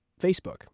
Facebook